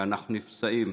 כשאנחנו נפצעים,